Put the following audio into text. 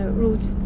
ruth.